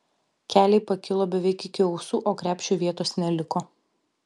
keliai pakilo beveik iki ausų o krepšiui vietos neliko